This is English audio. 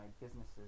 businesses